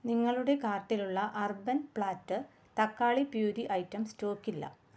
നിങ്ങളുടെ കാർട്ടിലുള്ള Urban Platter തക്കാളി പ്യൂരീ ഐറ്റം സ്റ്റോക്കില്ല